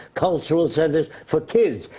cultural centers for kids.